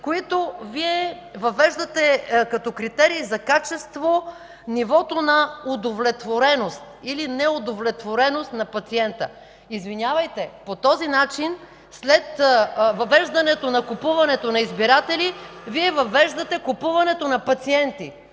които Вие въвеждате като критерий за качество нивото на удовлетвореност или на неудовлетвореност на пациента. Извинявайте, по този начин след въвеждането на купуването на избиратели, Вие въвеждате купуването на пациенти.